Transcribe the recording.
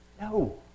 No